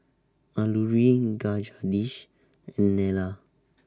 Alluri Dish and Neila